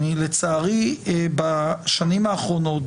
אני לצערי בשנים האחרונות,